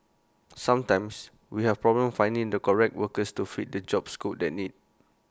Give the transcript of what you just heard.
sometimes we have problems finding the correct workers to fit the job scope that need